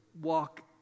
walk